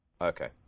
Okay